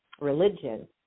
religion